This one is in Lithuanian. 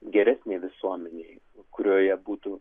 geresnei visuomenei kurioje būtų